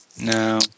No